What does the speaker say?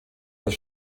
das